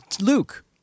Luke